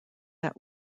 that